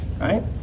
right